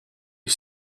had